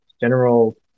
general